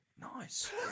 Nice